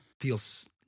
feels